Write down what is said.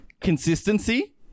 consistency